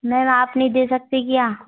ma'am आप नहीं दे सकते क्या